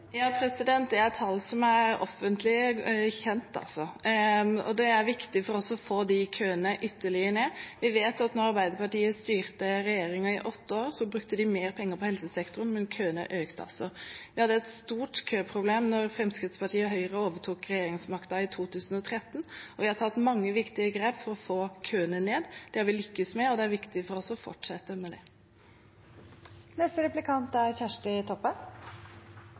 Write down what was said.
Det er tall som er offentlig kjent. Det er viktig for oss å få køene ytterligere ned. Vi vet at da Arbeiderpartiet styrte regjeringen i åtte år, brukte de mer penger på helsesektoren, men køene økte. Vi hadde et stort køproblem da Høyre og Fremskrittspartiet overtok regjeringsmakten i 2013, og vi har tatt mange viktige grep for å få køene ned. Det har vi lyktes med, og det er viktig for oss å fortsette med det. Eg høyrer representanten viser til sjukehusøkonomien i forslaget til statsbudsjett som skal vedtakast i dag, at han er